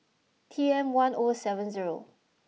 T M one O seven zero